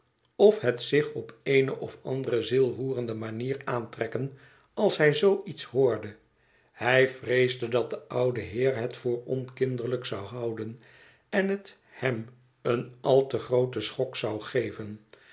of het zich op eene of andere zielroerende manier aantrekken als hij zoo iets hoorde hij vreesde dat de oude heer het voor onkinderlijk zou houden en het hem een al te grooten schok zou geven